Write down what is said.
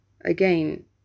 again